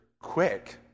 quick